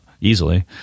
easily